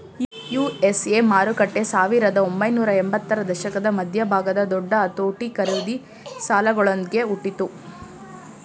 USA ಮಾರುಕಟ್ಟೆ ಸಾವಿರದ ಒಂಬೈನೂರ ಎಂಬತ್ತರ ದಶಕದ ಮಧ್ಯಭಾಗದ ದೊಡ್ಡ ಅತೋಟಿ ಖರೀದಿ ಸಾಲಗಳೊಂದ್ಗೆ ಹುಟ್ಟಿತು